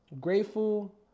grateful